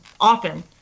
often